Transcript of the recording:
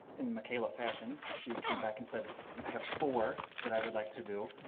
in micaela fashion she came back and said i have four that i would like to do.